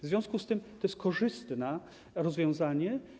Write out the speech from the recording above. W związku z tym to jest korzystne rozwiązanie.